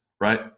right